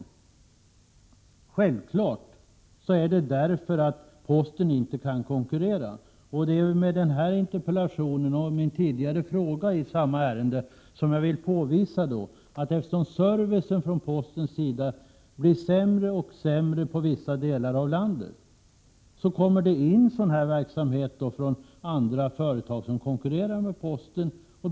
Givetvis beror deras verksamhet i detta hänseende på att postverket inte kan konkurrera, och genom den här interpellationen och genom en tidigare fråga i ärendet har jag velat påvisa att eftersom postverkets service blir sämre och sämre i vissa delar av landet börjar olika företag konkurrera med postverket.